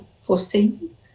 foreseen